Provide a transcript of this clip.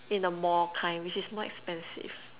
in the Mall kind which is more expensive